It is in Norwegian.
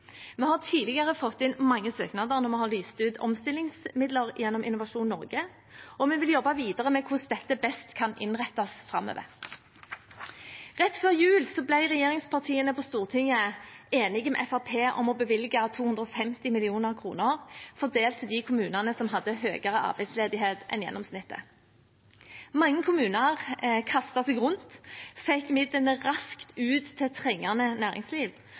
vi er i nå. Vi har tidligere fått inn mange søknader når vi har lyst ut omstillingsmidler gjennom Innovasjon Norge, og vi vil jobbe videre med hvordan dette best kan innrettes framover. Rett før jul ble regjeringspartiene på Stortinget enige med Fremskrittspartiet om å bevilge 250 mill. kr, fordelt til de kommunene som hadde høyere arbeidsledighet enn gjennomsnittet. Mange kommuner kastet seg rundt og fikk midlene raskt ut til trengende næringsliv,